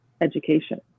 education